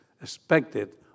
expected